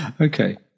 Okay